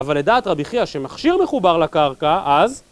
אבל לדעת רבי חיה שמכשיר מחובר לקרקע, אז...